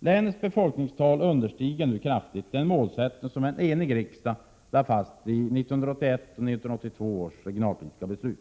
Länets befolkningstal understiger nu kraftigt det som en enig riksdag satte upp som mål i 1981/82 års regionalpolitiska beslut.